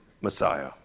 Messiah